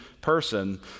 person